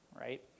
right